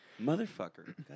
Motherfucker